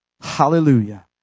Hallelujah